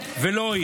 ולא היא.